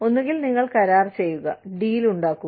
ഒന്നുകിൽ നിങ്ങൾ കരാർ ചെയ്യുക